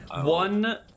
One